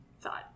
thought